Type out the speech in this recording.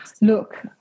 Look